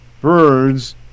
birds